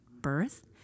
birth